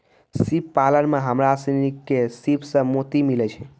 सिप पालन में हमरा सिनी के सिप सें मोती मिलय छै